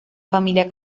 familia